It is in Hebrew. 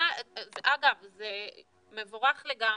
אגב, זה מבורך לגמרי,